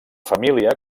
família